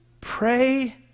Pray